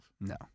No